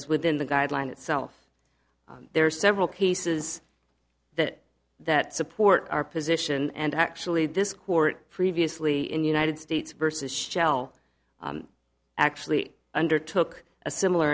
is within the guideline itself there are several cases that that support our position and actually this court previously in the united states versus shell actually undertook a similar